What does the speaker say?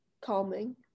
calming